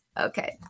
Okay